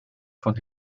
von